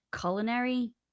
culinary